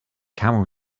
camel